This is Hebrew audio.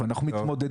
אבל אנחנו מתמודדים,